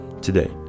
today